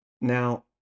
Now